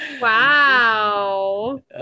Wow